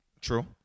True